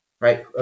Right